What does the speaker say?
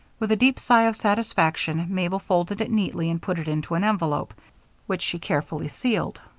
with a deep sigh of satisfaction, mabel folded it neatly and put it into an envelope which she carefully sealed.